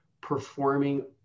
performing